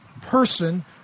person